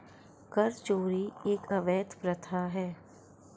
कर चोरी एक अवैध प्रथा है